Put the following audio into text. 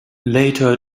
later